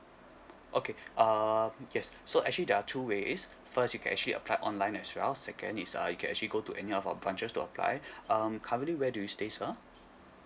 okay uh yes so actually there are two ways first you can actually apply online as well second is uh you can actually go to any of our branches to apply um currently where do you stay ha